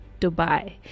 Dubai